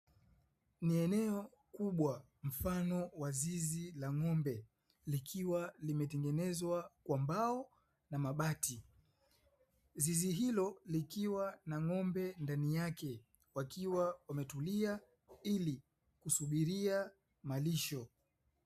Ni eneo kubwa mfano wa zizi la ng'ombe likiwa limetengenezwa kwa mbao na mabati, zizi hilo likiwa na ng'ombe ndani yake wakiwa wametulia ili kusubiri malisho.